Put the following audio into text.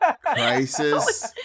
Crisis